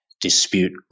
dispute